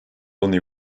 only